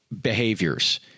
behaviors